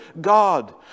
God